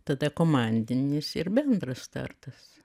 tada komandinis ir bendras startas